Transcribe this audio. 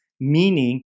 meaning